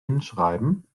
hinschreiben